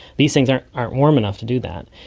these things aren't aren't warm enough to do that,